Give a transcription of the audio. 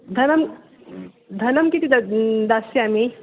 धनं धनं कति दद्मी दास्यामि